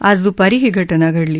आज दूपारी ही घटना घडली